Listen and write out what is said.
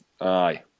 Aye